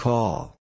Call